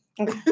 Okay